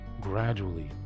gradually